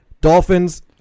Dolphins –